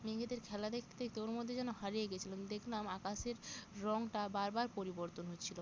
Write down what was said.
মেঘেদের খেলা দেখতে দেখতে ওর মধ্যে যেন হারিয়ে গেছিলাম দেখলাম আকাশের রঙটা বার বার পরিবর্তন হচ্ছিলো